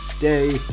day